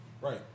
Right